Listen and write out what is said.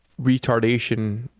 retardation